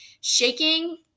shaking